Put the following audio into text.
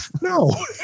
No